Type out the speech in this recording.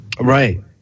Right